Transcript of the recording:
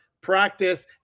practice